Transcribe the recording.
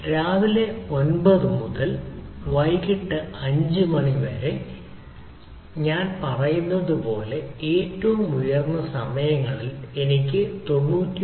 രാവിലെ 9 മുതൽ വൈകിട്ട് 5 മണി വരെ ഞാൻ പറയുന്നതുപോലുള്ള ഏറ്റവും ഉയർന്ന സമയങ്ങളിൽ എനിക്ക് 99